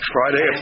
Friday